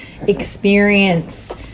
experience